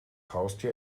haustier